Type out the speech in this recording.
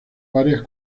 varias